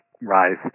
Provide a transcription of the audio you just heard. rise